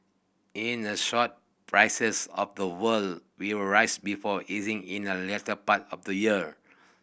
in the short prices of the world will rise before easing in the latter part of the year